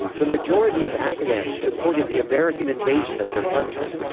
the majority of afghans supported the american invasion of their country.